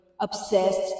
obsessed